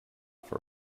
for